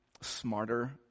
smarter